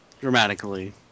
Dramatically